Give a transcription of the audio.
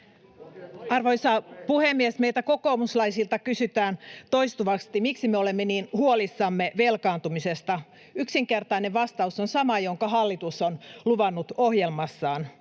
Arvoisa puhemies! Meiltä kokoomuslaisilta kysytään toistuvasti, miksi me olemme niin huolissamme velkaantumisesta. Yksinkertainen vastaus on sama, jonka hallitus on luvannut ohjelmassaan: